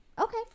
Okay